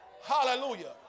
Hallelujah